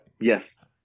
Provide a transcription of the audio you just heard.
Yes